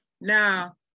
now